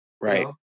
Right